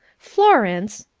florence,